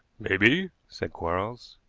maybe, said quarles.